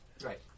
Right